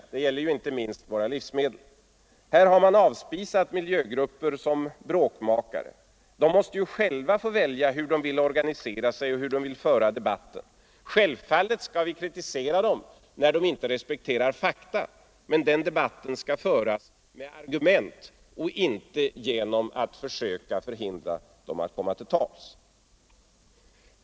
Detta gäller inte minst våra livsmedel. Här har man avspisat miljögrupper som bråkmakare. Men de måste ju själva få välja hur de vill organisera sig och hur de vill föra debatten. Självfallet skall vi kritisera dem när de inte respekterar fakta, men den debatten skall föras med argument och inte genom försök att hindra dem från att komma till tals.